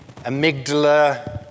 amygdala